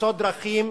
למצוא דרכים